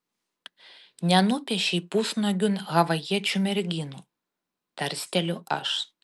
nenupiešei pusnuogių havajiečių merginų tarsteliu aš